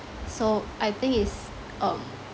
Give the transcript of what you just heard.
so I think is um